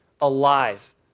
alive